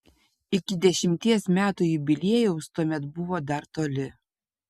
iki dešimties metų jubiliejaus tuomet buvo dar toli